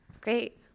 Great